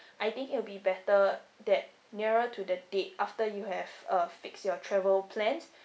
I think it will be better that nearer to the date after you have uh fix your travel plans